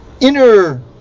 inner